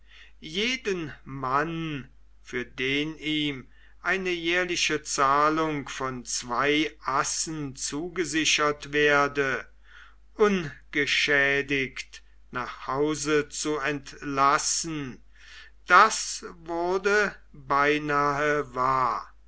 jeden mann für den ihm eine jährliche zahlung von zwei assen zugesichert werde ungeschädigt nach hause zu entlassen das wurde beinahe